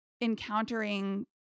encountering